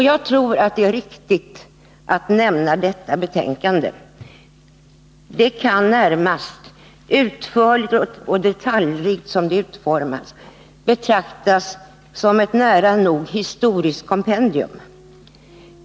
Jag tror att det är riktigt att nämna detta betänkande. Det kan närmast — utförligt och detaljrikt som det är utformat — betraktas som ett nära nog historiskt kompendium.